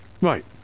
Right